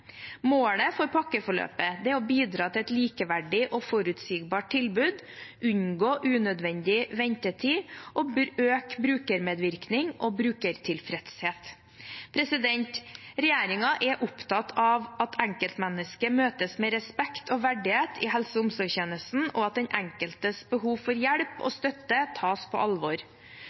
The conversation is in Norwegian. Målet for pakkeforløpet er å bidra til et likeverdig og forutsigbart tilbud, unngå unødvendig ventetid og øke brukermedvirkning og brukertilfredshet. Regjeringen er opptatt av at enkeltmennesket møtes med respekt og verdighet i helse- og omsorgstjenesten, og at den enkeltes behov for hjelp og støtte tas på alvor.